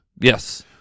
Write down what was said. yes